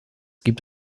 gibt